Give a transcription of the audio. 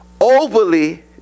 overly